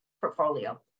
portfolio